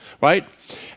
right